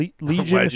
Legion